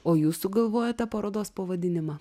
o jūs sugalvojote parodos pavadinimą